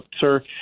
sir